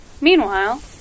Meanwhile